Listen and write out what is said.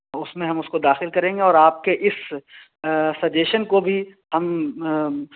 اس میں ہم اس کو داخل کریں گے اور آپ کے اس سجیشن کو بھی ہم